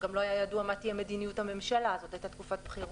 גם לא היה ידוע מה תהיה מדיניות הממשלה כי זאת הייתה תקופת בחירות.